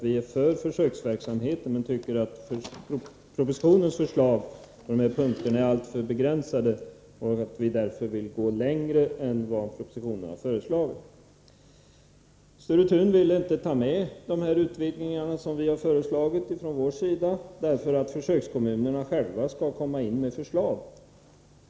Vi är för försöksverksamheten men anser att propositionens förslag på vissa punkter är alltför begränsat. Vi vill därför gå längre än vad som föreslagits i propositionen. Sture Thun vill inte att de utvidgningar som vi föreslagit skall tas med, eftersom försökskommunerna själva skall komma in med förslag.